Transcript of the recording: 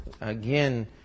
Again